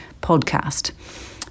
podcast